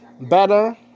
Better